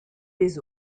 les